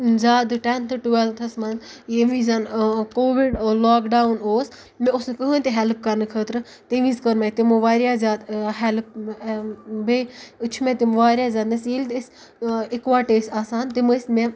زیادٕ ٹٮ۪نتھ ٹُوٮ۪لتھَس منٛز ییٚمہِ ویٖزَن کووِڈ لاکڈاوُن اوس مےٚ اوس نہٕ کٕہٕنۍ تہِ ہٮ۪لٕپ کَرنہٕ خٲطرٕ تمہِ وِز کٔر مےٚ تِمو واریاہ زیادٕ ہٮ۪لٕپ بیٚیہِ چھِ مےٚ تِم واریاہ زیادٕنَس ییٚلہِ تہِ أسۍ یِکوَٹَے ٲسۍ آسان تِم ٲسۍ مےٚ